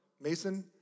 Mason